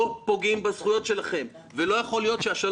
לא פוגעים בזכויות שלכם ולא יכול להיות שבגלל